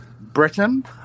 Britain